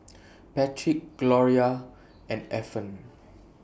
Patrick Gloria and Efren